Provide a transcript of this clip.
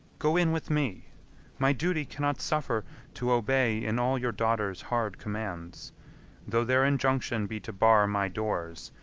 go in with me my duty cannot suffer to obey in all your daughters' hard commands though their injunction be to bar my doors,